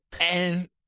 and-